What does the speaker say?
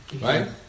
Right